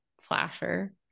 flasher